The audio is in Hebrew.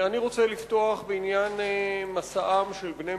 אני רוצה לפתוח בעניין מסעם של בני